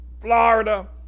Florida